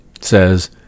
says